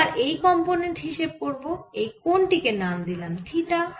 এবার এই কম্পোনেন্ট হিসেব করব এই কোণ টি কে নাম দিলাম থিটা